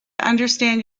understand